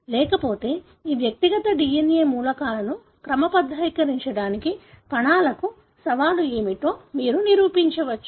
లేకపోతే ఈ వ్యక్తిగత DNA మూలకాలను క్రమబద్ధీకరించడానికి కణానికి సవాలు ఏమిటో మీరు ఊహించవచ్చు